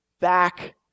back